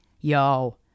yo